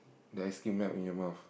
the ice-cream melt in your mouth